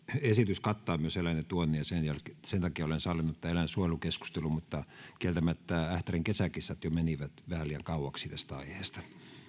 esitys kattaa myös eläinten tuonnin ja sen takia olen sallinut tämän eläinsuojelukeskustelun mutta kieltämättä ähtärin kesäkissat menivät jo vähän liian kauaksi tästä aiheesta